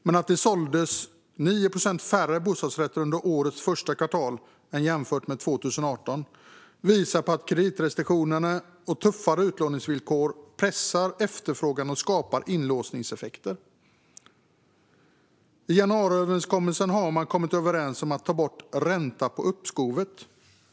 Men att det såldes 9 procent färre bostadsrätter under årets första kvartal jämfört med 2018 visar på att kreditrestriktionerna och tuffare utlåningsvillkor pressar efterfrågan och skapar inlåsningseffekter. I januariavtalet har man kommit överens om att ta bort ränta på uppskov.